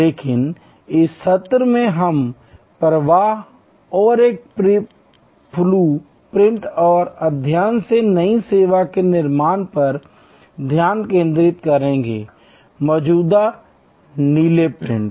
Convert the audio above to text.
लेकिन इस सत्र में हम प्रवाह और एक प्रक्रिया ब्लू प्रिंट और अध्ययन से नई सेवा के निर्माण पर ध्यान केंद्रित करेंगे मौजूदा नीले प्रिंट